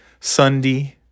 Sunday